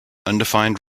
undefined